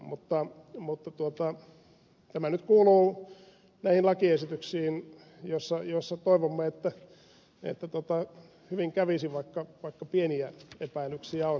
mutta tämä nyt kuuluu näihin lakiesityksiin joissa toivomme että hyvin kävisi vaikka pieniä epäilyksiä on